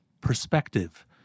perspective